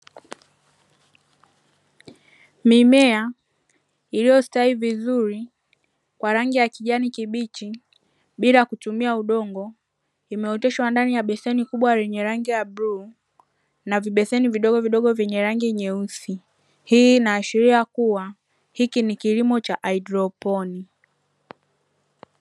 Mimea iliyostawi vizuri kwa rangi ya kijani kibichi, bila kutumia udongo, imeoteshwa ndani ya beseni kubwa lenye rangi ya bluu na vibeseni vidogo vidogo vyenye rangi nyeupe. Hii inaashiria kuwa hiki ni kilimo cha haidroponiki.